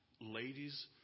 Ladies